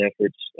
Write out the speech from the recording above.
efforts